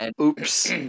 Oops